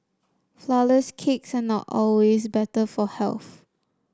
flour less cakes are not always better for health